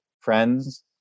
friends